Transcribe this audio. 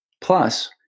Plus